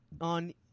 on